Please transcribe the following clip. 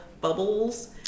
bubbles